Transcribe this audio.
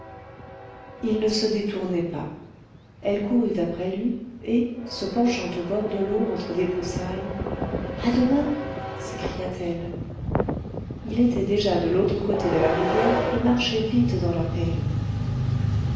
il ne se détournait pas elle courut après lui et se penchant au bord de l'eau entre des broussailles à demain s'écria-t-elle il était déjà de l'autre côté de la rivière et marchait vite dans la prairie